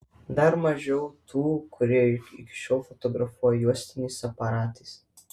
dar mažiau tų kurie iki šiol fotografuoja juostiniais aparatais